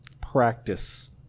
practice